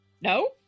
No